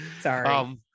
Sorry